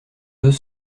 deux